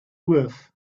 worth